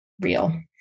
real